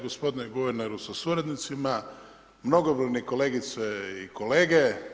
Gospodine guverneru sa suradnicima, mnogobrojni kolegice i kolege.